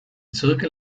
zirkel